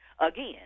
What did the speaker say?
again